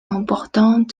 important